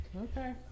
Okay